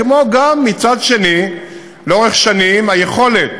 כמו גם מצד אחר לאורך שנים היכולת